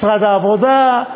משרד העבודה,